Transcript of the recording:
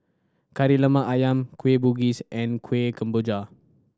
Kari Lemak Ayam Kueh Bugis and Kueh Kemboja